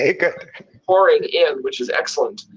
ah good pouring in, which is excellent.